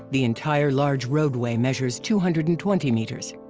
the entire large roadway measures two hundred and twenty meters.